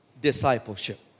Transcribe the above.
discipleship